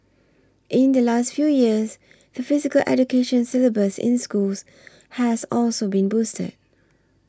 in the last few years the Physical Education syllabus in schools has also been boosted